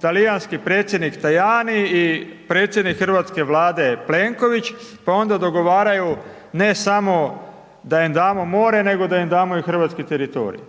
talijanski predsjednik Tajani i predsjednik Hrvatske vlade Plenković pa onda dogovaraju ne samo da im damo more nego da im damo i hrvatski teritorij.